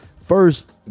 first